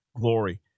glory